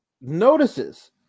notices